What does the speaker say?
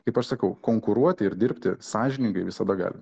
kaip aš sakau konkuruoti ir dirbti sąžiningai visada gali